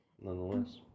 nonetheless